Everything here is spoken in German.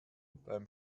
beim